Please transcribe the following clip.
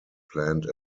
planned